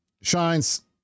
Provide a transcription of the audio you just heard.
shines